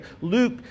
Luke